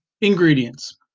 Ingredients